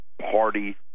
Party